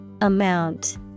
Amount